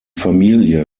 familie